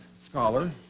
scholar